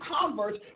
converts